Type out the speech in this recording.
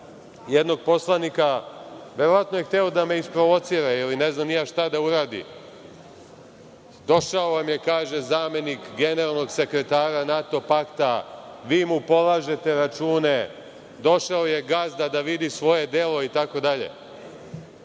jednog poslanika, verovatno je hteo da me isprovocira, ili ne znam ni ja šta da uradi, došao vam je, kaže, zamenik generalnog sekretara NATO pakta, vi mu polažete račune, došao je gazda da vidi svoje delo itd, a